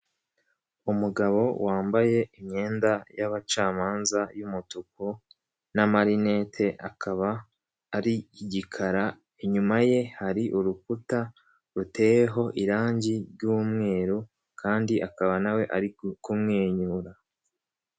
Umugabo wambaye imyenda y'abacamanza y'umutuku, n'amarinete, akaba ari igikara, inyuma ye hari urukuta ruteyeho irangi ry'umweru, kandi akaba na we ari kumwenyura.